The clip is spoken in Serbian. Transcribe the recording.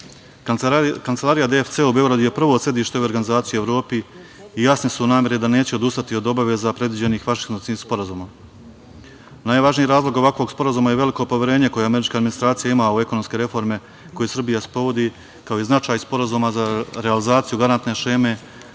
kompanija. Kancelarija DFC u Beogradu je prvo sedište ove organizacije u Evropi i jasne su namere da neće odustati od obaveza predviđenih Vašingtonskim sporazumom. Najvažniji razlog ovakvog sporazuma je veliko poverenje koje američka administracija ima u ekonomske reforme koje Srbija sprovodi, kao i značaj sporazuma za realizaciju garantne šeme